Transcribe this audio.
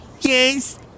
Yes